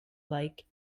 like